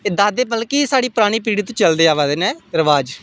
मतलब कि एह् साढ़ी पुरानी पिढ़ी तूं चलदे आवा दे न रवाज